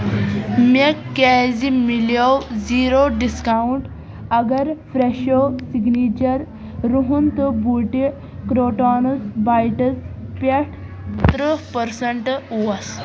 مےٚ کیٛازِ مِلیو زیٖرو ڈسکَاوُنٛٹ اگر فرٛٮ۪شو سِکنیٖچر رُحن تہٕ بوٗٹہِ کروٹانٕز بایٹٕس پٮ۪ٹھ تٕرٛہ پٔرسنٛٹ اوس